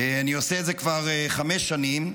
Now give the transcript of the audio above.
אני עושה את זה כבר חמש שנים.